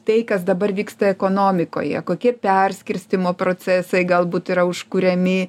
tai kas dabar vyksta ekonomikoje kokie perskirstymo procesai galbūt yra užkuriami